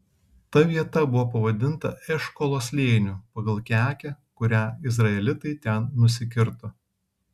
ta vieta buvo pavadinta eškolo slėniu pagal kekę kurią izraelitai ten nusikirto